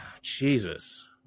Jesus